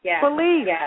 Believe